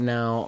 Now